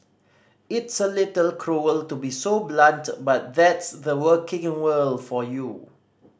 it's a little cruel to be so blunt but that's the working world for you